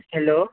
hello